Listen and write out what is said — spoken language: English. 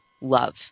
love